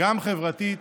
גם חברתית,